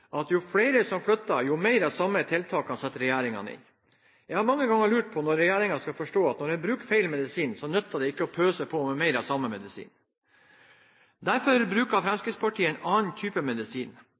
at jo flere som flytter, jo mer av de samme tiltakene setter regjeringen inn. Jeg har mange ganger lurt på når regjeringen skal forstå at når en bruker feil medisin, nytter det ikke å pøse på med mer av samme medisin. Derfor bruker